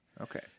Okay